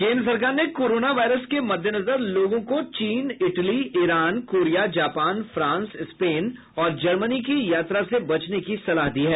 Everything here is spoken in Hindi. केन्द्र सरकार ने कोरोना वायरस के मद्देनजर लोगों को चीन Italy Iran Korea Japan France Spain और जर्मनी की यात्रा से बचने की सलाह दी है